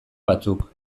batzuk